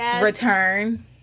return